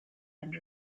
and